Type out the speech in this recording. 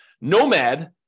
Nomad